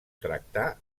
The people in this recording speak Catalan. tractar